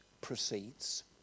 proceeds